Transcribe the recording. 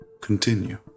Continue